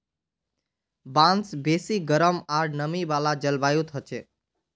बांस बेसी गरम आर नमी वाला जलवायुत हछेक